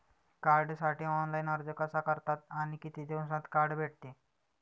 कार्डसाठी ऑनलाइन अर्ज कसा करतात आणि किती दिवसांत कार्ड भेटते?